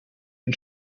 ein